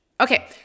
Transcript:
Okay